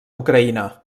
ucraïna